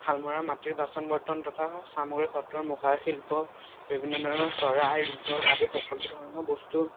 শালমৰাৰ মাটিৰ বাচন বৰ্তন তথা সামগ্ৰী সত্ৰৰ মুখা শিল্প বিভিন্ন ধৰণৰ চৰাই ৰিজৰ্ট আদি সকলো ধৰণৰ বস্তু